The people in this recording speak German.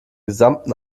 gesamten